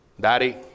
Daddy